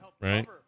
right